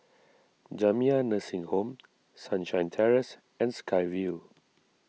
Jamiyah Nursing Home Sunshine Terrace and Sky Vue